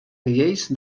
riells